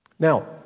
Now